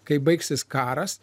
kaip baigsis karas